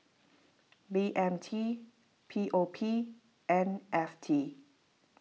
B M T P O P and F T